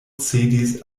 cedis